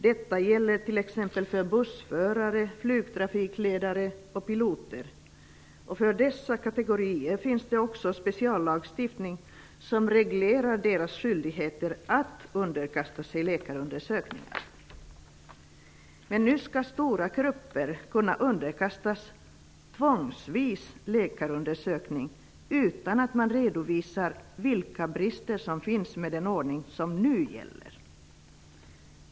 Detta gäller t.ex. för bussförare, flygtrafikledare och piloter. För dessa kategorier finns det också en speciallagstiftning som reglerar deras skyldigheter att underkasta sig läkarundersökningar. Men nu skall stora grupper tvångsvis kunna underkastas läkarundersökning utan att man redovisar vilka brister som finns med den ordning som nu gäller.